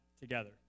together